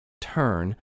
turn